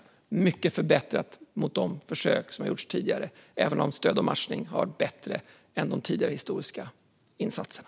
Då blir det mycket som förbättras jämfört med de försök som har gjorts tidigare, även om Stöd och matchning var bättre än de tidigare insatserna.